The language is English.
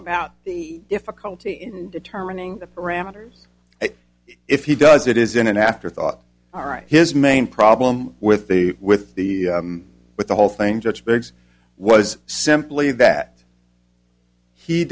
about the difficulty in determining the parameters if he does it is in an afterthought all right his main problem with the with the with the whole thing just begs was simply that he